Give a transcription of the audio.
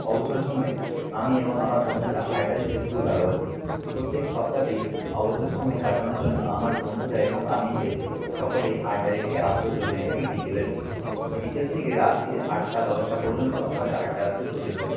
অবসর সময়ে আমি এবং আমার বন্ধুরা আড্ডা দিতে খুবই ভালোবাসি প্রত্যেক সপ্তাতেই অবসর সময় কাটানোর জন্য আমার বন্ধুরা এবং আমি মিলে সকলেই আড্ডার একটি আসর জমিয়ে থাকি বিকেলের দিকে বিকেল থেকে রাত্রির আটটা দশটা পর্যন্ত আমাদের আড্ডার আসর চলতে থাকে